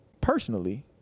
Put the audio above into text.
personally